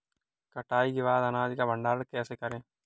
कटाई के बाद अनाज का भंडारण कैसे करें?